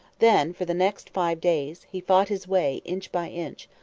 then, for the next five days, he fought his way, inch by inch,